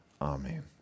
Amen